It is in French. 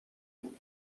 monde